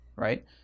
Right